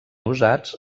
usats